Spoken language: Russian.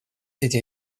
эти